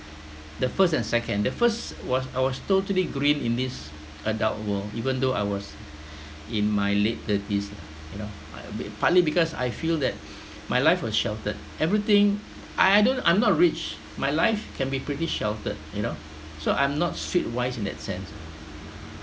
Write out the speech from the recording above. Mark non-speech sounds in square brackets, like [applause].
the first and second the first was I was totally green in this adult world even though I was in my late thirties lah you know a bit partly because I feel that [breath] my life was sheltered everything I don't I'm not rich my life can be pretty sheltered you know so I'm not street wise in that sense